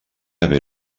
haver